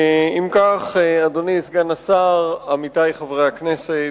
אם כך, אדוני סגן השר, עמיתי חברי הכנסת,